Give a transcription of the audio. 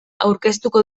aurkeztuko